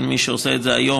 מי שעושה את זה היום,